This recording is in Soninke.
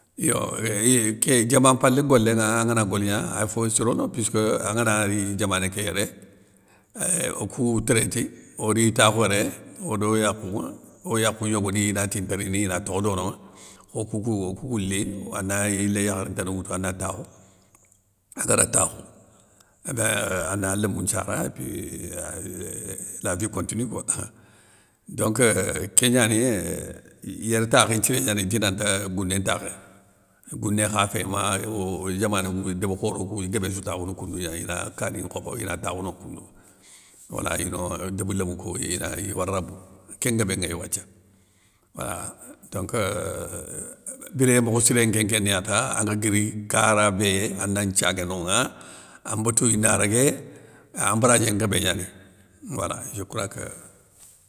Yo ééeehh iyé ké diaman mpalé golénŋa angana goligna, ay fo sirono puisskeu, angana ri diamané ké yéré, éuuh okou traiti ori takhou yéré, odo yakhounŋa o yakhou yogoni inati nta rini ina tokhe dononŋa, kho okoukou okoukou li, andagna yilé yakharé tana woutou, ana takhou, angana takhou ébein ana lémou nthiara épui euuh la vie continue koi, donc kén gnani, yér takhé nthiré gnani dinanta gouné ntakhé, gouné khafé ma o diamané ŋou déb khoro kou iguébé sou takhounou koundou gna ina kani nkhobo ina takhou no koundounŋa wala ino débi lémou kou ine ini war lambourou, kén nguébé ŋéy wathia, wa donc euuh biré mokho nkén nkéniyata angue guiri kara bé ana nthiagué nonŋa, an mbotouyou na régué an mbaradié nguébé gnani, wala je crois que.